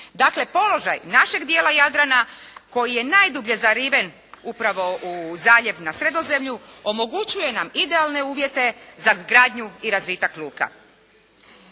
Dakle, položaj našeg djela Jadrana koji je najdublje zariven upravo u zaljev na Sredozemlju omogućuje nam idealne uvjete za izgradnju i razvitak luka.